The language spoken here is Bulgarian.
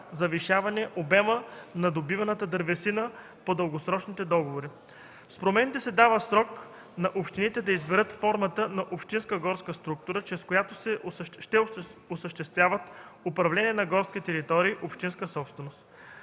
завишаване обема на добиваната дървесината по дългосрочните договори. С промените се дава срок на общините да изберат формата на общинска горска структура, чрез която ще осъществяват управление на горските територии – общинска собственост.